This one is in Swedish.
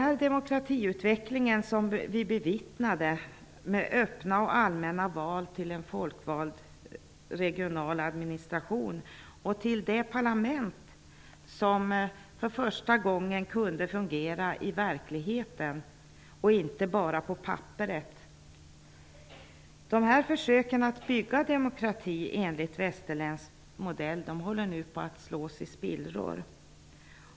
Vi kunde bevittna en demokratiutveckling med öppna och allmänna val till en folkvald regional administration och till det parlament som för första gången kunde fungera i verkligheten och inte bara på papperet. Dessa försök att bygga demokrati enligt västerländsk modell håller nu på att slås i spillror.